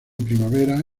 primavera